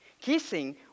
Kissing